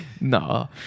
No